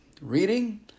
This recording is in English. reading